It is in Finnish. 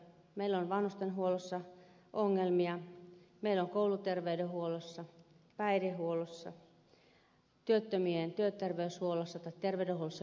meillä on vanhustenhuollossa ongelmia meillä on ongelmia kouluterveydenhuollossa päihdehuollossa työttömien työterveyshuollossa tai terveydenhuollossa yleensä